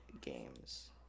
games